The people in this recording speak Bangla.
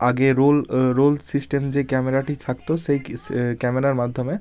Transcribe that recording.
আগে রোল রোল সিস্টেম যে ক্যামেরাটি থাকতো সেইকে ক্যামেরার মাধ্যমে